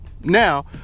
Now